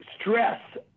stress